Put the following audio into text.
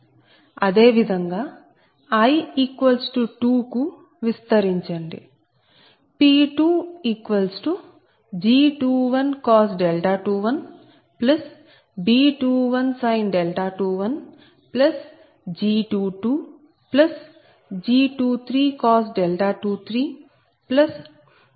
అదే విధంగా i 2 కు విస్తరించండి